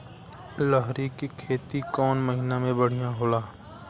लहरी के खेती कौन महीना में बढ़िया होला?